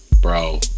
bro